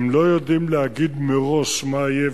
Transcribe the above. הם לא יודעים להגיד מראש מה יהיה.